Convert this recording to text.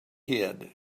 hid